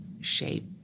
shape